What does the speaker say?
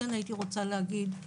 הייתי רוצה להגיד,